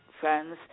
friends